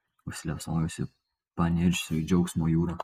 užsiliepsnojusi panirsiu į džiaugsmo jūrą